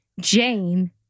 Jane